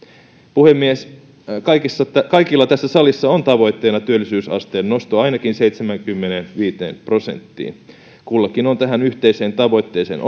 puhemies kaikilla tässä salissa on tavoitteena työllisyysasteen nosto ainakin seitsemäänkymmeneenviiteen prosenttiin kullakin on tähän yhteiseen tavoitteeseen